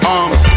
arms